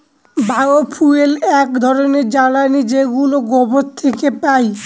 বায় fuel এক ধরনের জ্বালানী যেগুলো গোবর থেকে পাই